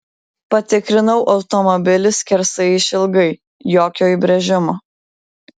patikrinau automobilį skersai išilgai jokio įbrėžimo